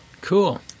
Cool